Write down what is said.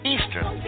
Eastern